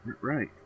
Right